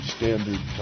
Standard